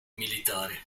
militare